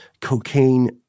cocaine